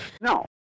No